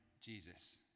Jesus